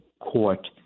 court